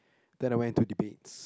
then I went to debates